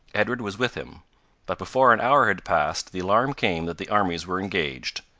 edward was with him but before an hour had passed, the alarm came that the armies were engaged.